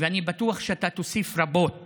ואני בטוח שאתה תוסיף רבות